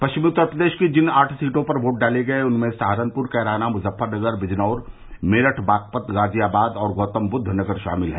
पश्चिमी उत्तर प्रदेश की जिन आठ सीटों पर वोट डाले गये उनमें सहारनपुर कैराना मुज़फ़्फ़रनगर बिजनौर मेरठ बाग़पत गाज़ियाबाद और गौतमबुद्ध नगर शामिल हैं